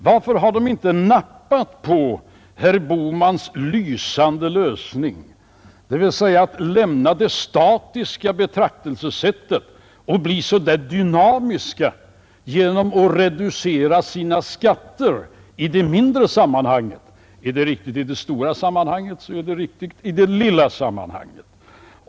Varför har inte de nappat på herr Bohmans lysande lösning, dvs. att lämna det statiska betraktelsesättet och bli så där dynamiska genom att reducera sina skatter i det mindre sammanhanget? Är det riktigt i det stora sammanhanget, så är det riktigt i det lilla sammanhanget.